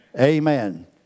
Amen